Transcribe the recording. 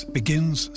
begins